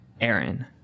Aaron